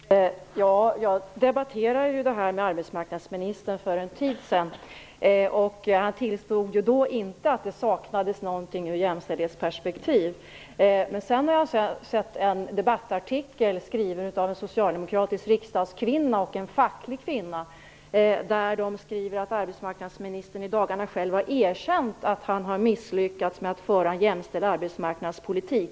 Fru talman! Jag debatterade detta med arbetsmarknadsministern för en tid sedan. Han tillstod då inte att det saknades något ur jämställdhetsperspektiv. Senare såg jag en debattartikel, skriven av en socialdemokratisk riksdagskvinna och en kvinna från fackligt håll. De skrev att arbetsmarknadsministern i dagarna har erkänt att han har misslyckats med att föra en jämställd arbetsmarknadspolitik.